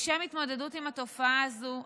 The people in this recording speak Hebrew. לשם התמודדות עם התופעה הזו,